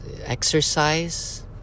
exercise